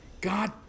God